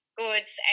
goods